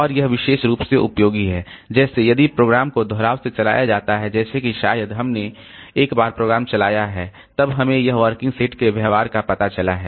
और यह विशेष रूप से उपयोगी है जैसे यदि प्रोग्राम को दोहराव से चलाया जाता है जैसे कि शायद हमने एक बार प्रोग्राम चलाया है और तब हमें यह वर्किंग सेट के व्यवहार का पता चला है